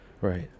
right